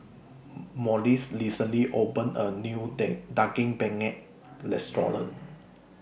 Morris recently opened A New deg Daging Penyet Restaurant